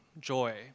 joy